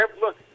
look